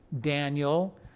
Daniel